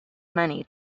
money